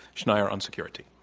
schneier on security.